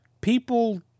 people